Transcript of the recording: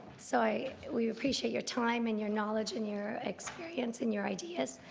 so we appreciate your time and your knowledge and your experience and your ideas.